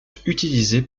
utilisés